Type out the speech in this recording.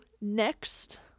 Next